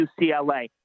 UCLA